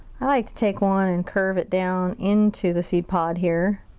i like to take one and curve it down into the seed pod here.